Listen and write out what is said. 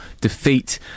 defeat